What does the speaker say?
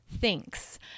thinks